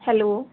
hello